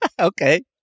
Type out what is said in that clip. Okay